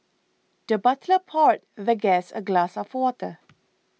the butler poured the guest a glass of water